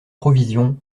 provisions